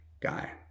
guy